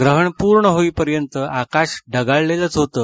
ग्रहण पूर्ण होईपर्यंत आकाश ढगाळलेलंच होतं